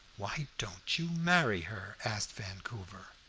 why don't you marry her? asked vancouver.